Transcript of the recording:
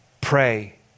Pray